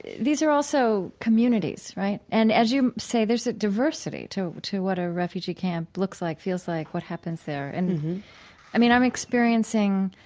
these are also communities, right? and as you say, there's a diversity to to what a refugee camp looks like, feels like, what happens there. and i i mean, i'm experiencing